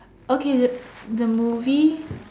okay the the movie